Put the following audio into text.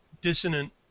dissonant